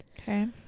Okay